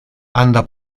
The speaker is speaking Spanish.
anda